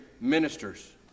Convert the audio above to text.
ministers